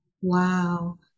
Wow